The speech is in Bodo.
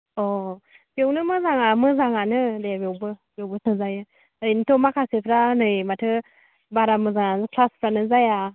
अ बेवनो मोजाङानो दे बेवबो बेवबो सोजायो ओरैनथ' माखासेफ्रा नै माथो बारा मोजां क्लासफ्रानो जाया